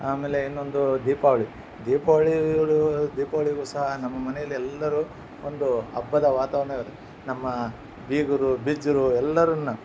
ಆಮೇಲೆ ಇನ್ನೊಂದು ದೀಪಾವಳಿ ದೀಪಾವಳಿ ದೀಪಾವಳಿಗು ಸಹ ನಮ್ಮ ಮನೆಯಲ್ಲಿ ಎಲ್ಲರು ಒಂದು ಹಬ್ಬದ ವಾತವನವಿದೆ ನಮ್ಮ ಬೀಗರು ಬಿಜ್ಜರು ಎಲ್ಲರನ್ನು